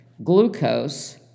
glucose